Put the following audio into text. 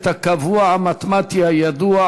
את הקבוע המתמטי הידוע,